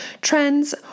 trends